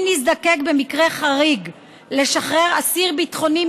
אם יזדקק במקרה חריג לשחרר אסיר ביטחוני,